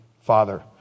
father